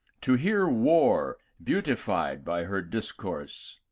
to hear war beautified by her discourse.